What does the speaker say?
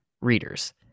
readers